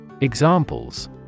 Examples